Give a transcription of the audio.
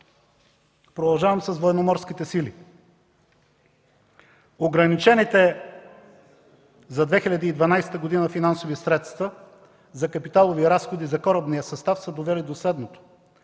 Продължавам с Военноморските сили. Ограничените за 2012 г. финансови средства за капиталови разходи за корабния състав са довели до следното: